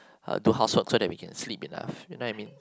uh do housework so that we can sleep enough you know what I mean